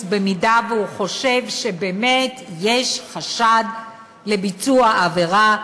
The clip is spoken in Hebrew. במידה שהוא חושב שבאמת יש חשד לביצוע עבירה,